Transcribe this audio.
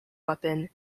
weapon